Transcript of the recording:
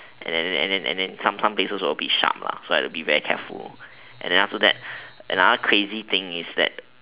and then and then and then some some places were a bit sharp lah so I had to be careful and then after that another crazy thing is that